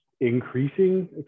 increasing